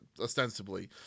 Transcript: ostensibly